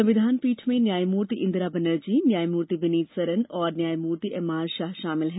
संविधान पीठ में न्यायमूर्ति इंदिरा बनर्जी न्यायमूर्ति विनीत सरन और न्यायमूर्ति एम आर शाह शामिल हैं